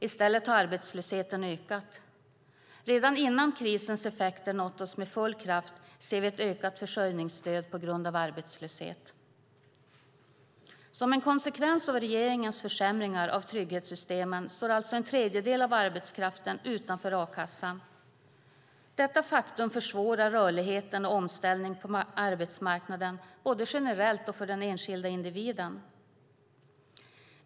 I stället har arbetslösheten ökat. Redan innan krisens effekter har nått oss med full kraft ser vi ett ökat försörjningsstöd på grund av arbetslöshet. Som en konsekvens av regeringens försämringar av trygghetssystemen står alltså en tredjedel av arbetskraften utanför a-kassan. Detta faktum försvårar rörligheten och omställningen på arbetsmarknaden, både generellt och för den enskilda individen.